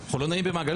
אנחנו לא נעים במעגלים,